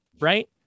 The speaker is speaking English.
right